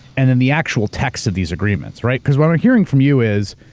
and then the actual texts of these agreements, right. because what i'm hearing from you is,